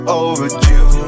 overdue